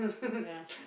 ya